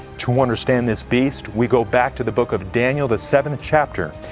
to understand this beast, we go back to the book of daniel the seventh chapter,